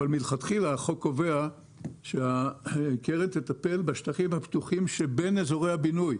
אבל מלכתחילה החוק קובע שהקרן תטפל בשטחים הפתוחים שבין אזורי הבינוי,